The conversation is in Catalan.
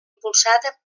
impulsada